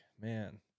man